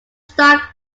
start